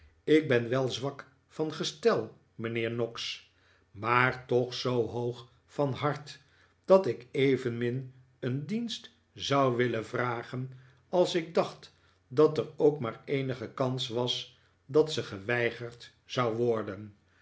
ik ben wel zwak van gestel mijnheer noggs maar toch zoo hoog van hart dat ik evenmin een dienst zou willen vragen als ik dacht dat er ook maar eenige kans was dat ze geweigerd zou worden